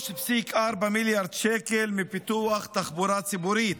3.4 מיליארד שקלים מפיתוח תחבורה ציבורית,